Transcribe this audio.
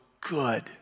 good